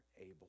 able